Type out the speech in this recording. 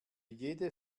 jede